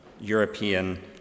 European